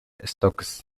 stokes